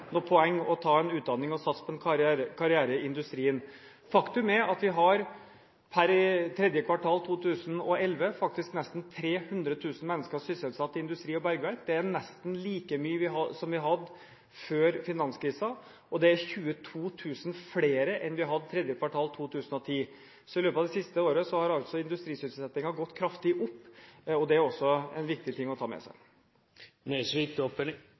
noe poeng i å ta en utdannelse og satse på en karriere i industrien. Faktum er at vi, per tredje kvartal 2011, faktisk har nesten 300 000 mennesker sysselsatt i industri og bergverk. Det er nesten like mye som vi hadde før finanskrisen. Det er 22 000 flere enn vi hadde tredje kvartal i 2010. Så i løpet av det siste året har industrisysselsettingen gått kraftig opp. Det er også viktig å ta med